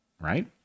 right